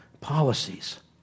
policies